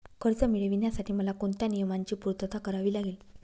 कर्ज मिळविण्यासाठी मला कोणत्या नियमांची पूर्तता करावी लागेल?